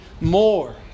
more